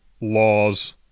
laws